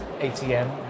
ATM